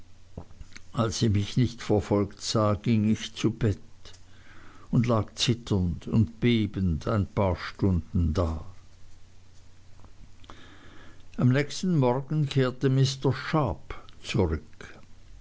als ich mich nicht verfolgt sah ging ich zu bett und lag zitternd und bebend ein paar stunden da am nächsten morgen kehrte mr sharp zurück